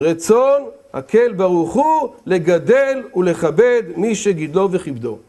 רצון, הקל ברוך הוא לגדל ולכבד מי שגידלו וכיבדו.